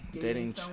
Dating